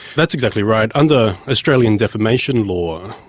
that's exactly right. under australian defamation law,